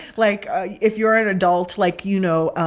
like. yeah if you're an adult, like, you know,